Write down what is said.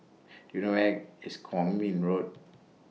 Do YOU know Where IS Kwong Min Road